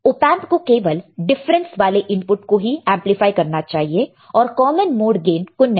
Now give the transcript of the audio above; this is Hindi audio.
ऑपएंप को केवल डिफरेंस वाले इनपुट को ही एम्प्लीफाई करना चाहिए और कॉमन मोड गेन को नहीं